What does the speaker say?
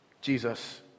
Jesus